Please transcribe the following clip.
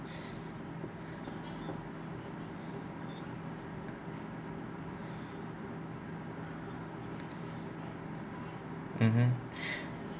mmhmm